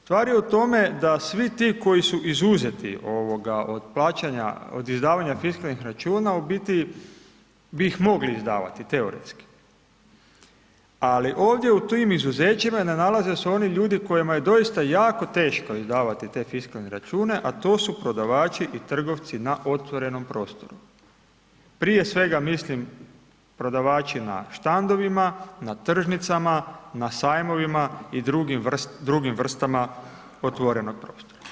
Stvar je u tome da svi ti koji su izuzeti od izdavanja fiskalnih računa u biti bih ih mogli izdavati teoretski, ali ovdje u tim izuzećima ne nalaze se oni ljudi kojima je doista jako teško izdavati te fiskalne račune, a to su prodavači i trgovci na otvorenom prostoru, prije svega mislim prodavači na štandovima, na tržnicama, na sajmovima i drugim vrstama otvorenog prostora.